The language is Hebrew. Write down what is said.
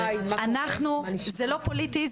אנחנו זה לא פוליטי,